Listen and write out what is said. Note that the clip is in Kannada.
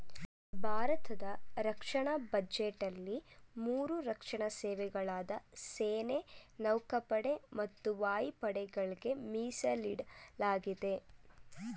ಭಾರತದ ರಕ್ಷಣಾ ಬಜೆಟ್ನಲ್ಲಿ ಮೂರು ರಕ್ಷಣಾ ಸೇವೆಗಳಾದ ಸೇನೆ ನೌಕಾಪಡೆ ಮತ್ತು ವಾಯುಪಡೆಗಳ್ಗೆ ಮೀಸಲಿಡಲಾಗಿದೆ